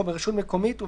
או ברשות מקומית",